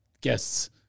guests